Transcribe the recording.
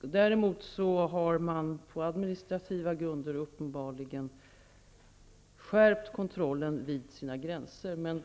Däremot har man på administrativa grunder uppenbarligen skärpt kontrollen vid gränserna.